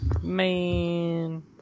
man